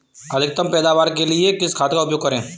अधिकतम पैदावार के लिए किस खाद का उपयोग करें?